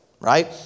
Right